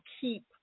keep